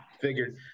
figured